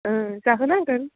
औ जाहोनांगोन